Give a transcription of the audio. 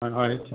হয় হয়